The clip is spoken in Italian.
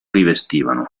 rivestivano